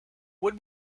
would